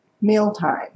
mealtime